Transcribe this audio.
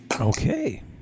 Okay